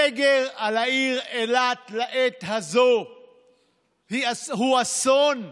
סגר על העיר אילת לעת הזאת הוא אסון לעיר.